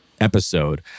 episode